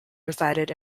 resided